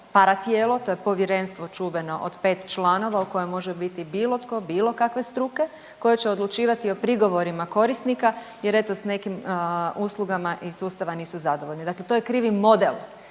paratijelo, to je povjerenstvo čuveno od 5 članova u kojem može biti bilo tko, bilo kakve struke koje će odlučivati o prigovorima korisnika jer eto s nekim uslugama iz sustava nisu zadovoljni. Dakle, to je krivi model